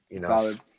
Solid